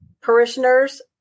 parishioners